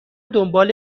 دنبال